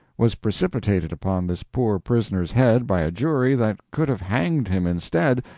was precipitated upon this poor prisoner's head by a jury that could have hanged him instead,